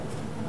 בקול רם.